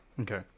Okay